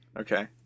Okay